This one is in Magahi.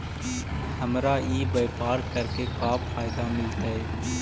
हमरा ई व्यापार करके का फायदा मिलतइ?